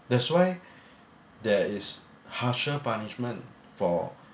that's why there is harsher punishment for